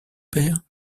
père